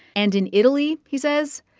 and in italy, he says,